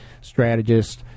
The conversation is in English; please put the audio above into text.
strategist